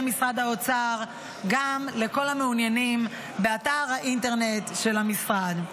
משרד האוצר גם לכל המעוניינים באתר האינטרנט של המשרד.